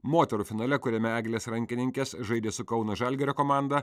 moterų finale kuriame eglės rankininkės žaidė su kauno žalgirio komanda